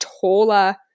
taller